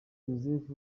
joseph